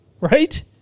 Right